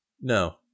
no